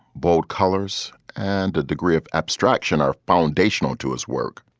bold colors and a degree of abstraction are foundational to his work.